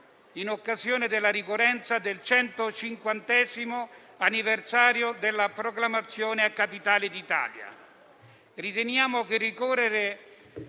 in occasione della ricorrenza del 150° anniversario della proclamazione a capitale d'Italia. Riteniamo che il ricorrere